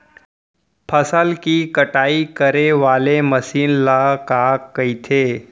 फसल की कटाई करे वाले मशीन ल का कइथे?